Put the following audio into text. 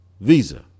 Visa